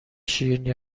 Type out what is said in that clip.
شیرینی